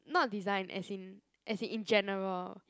not design as in as in in general